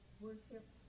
worship